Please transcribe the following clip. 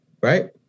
Right